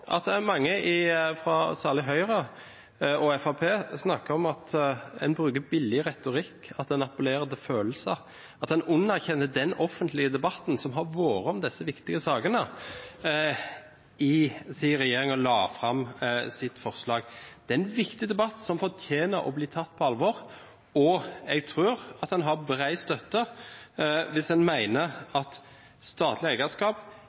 at det er mange, særlig fra Høyre og Fremskrittspartiet, som snakker om at en bruker billig retorikk, at en appellerer til følelser, at en underkjenner den offentlige debatten som har vært om disse viktige sakene siden regjeringen la fram sitt forslag. Det er en viktig debatt som fortjener å bli tatt på alvor, og jeg tror at man har bred støtte hvis man mener at statlig eierskap